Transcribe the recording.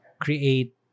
create